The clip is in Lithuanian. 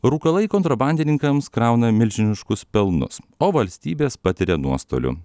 rūkalai kontrabandininkams krauna milžiniškus pelnus o valstybės patiria nuostolių